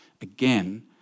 Again